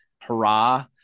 hurrah